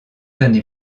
années